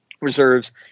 reserves